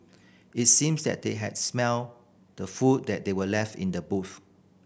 it seems that they had smelt the food that they were left in the boot